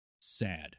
sad